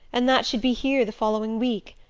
and that she'd be here the following week.